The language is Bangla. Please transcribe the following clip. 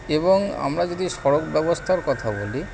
এবং আমরা যদি সড়ক ব্যবস্থার কথা বলি